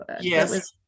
Yes